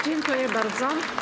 Dziękuję bardzo.